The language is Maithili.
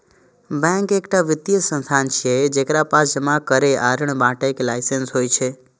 बैंक एकटा वित्तीय संस्थान छियै, जेकरा पास जमा करै आ ऋण बांटय के लाइसेंस होइ छै